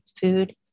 food